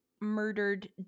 murdered